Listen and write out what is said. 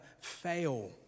fail